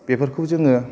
बेफोरखौ जोङो